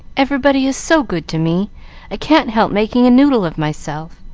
everybody is so good to me i can't help making a noodle of myself.